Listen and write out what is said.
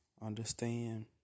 understand